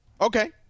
Okay